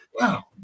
wow